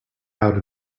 out